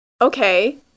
Okay